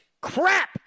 crap